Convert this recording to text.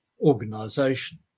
organization